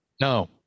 No